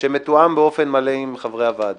שמתואם באופן מלא עם חברי הוועדה,